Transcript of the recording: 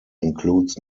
includes